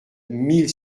mille